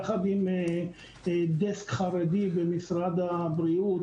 יחד עם דסק חרדי במשרד הבריאות